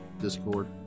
Discord